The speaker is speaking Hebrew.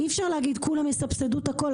אי-אפשר להגיד שכולם יסבסדו את הכול,